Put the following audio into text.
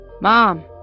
Mom